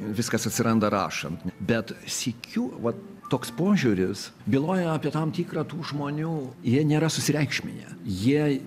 viskas atsiranda rašant bet sykiu vat toks požiūris byloja apie tam tikrą tų žmonių jie nėra susireikšminę jie